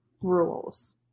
rules